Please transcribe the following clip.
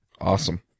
Awesome